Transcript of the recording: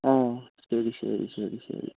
ആ ശരി ശരി ശരി ശരി